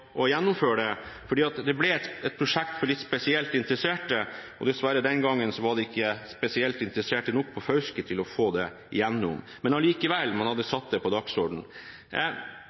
å gjennomføre det, for det ble et prosjekt for litt spesielt interesserte, og dessverre var det den gangen ikke nok spesielt interesserte på Fauske til å få det gjennom. Men likevel, man hadde satt det på dagsordenen.